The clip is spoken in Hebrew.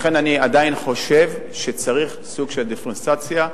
לכן, אני עדיין חושב שצריך סוג של דיפרנציאציה,